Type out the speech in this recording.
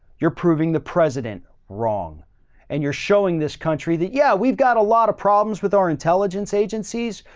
you're proving the president wrong and you're showing this country that, yeah, we've got a lot of problems with our intelligence agencies,